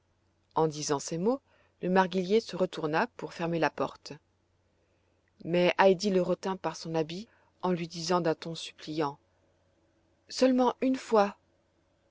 en disant ces mots le marguillier se retourna pour fermer la porte mais heidi le retint par son habit en lui disant d'un ton suppliant seulement une fois